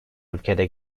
ülkede